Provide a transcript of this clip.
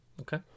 Okay